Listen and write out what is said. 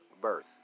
birth